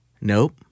Nope